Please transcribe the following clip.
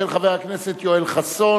של חבר הכנסת יואל חסון.